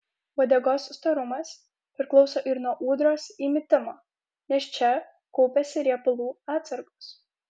uodegos storumas priklauso ir nuo ūdros įmitimo nes čia kaupiasi riebalų atsargos